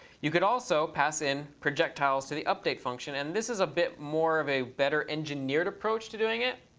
you can also pass in projectiles to the update function. and this is a bit more of a better engineered approach to doing it.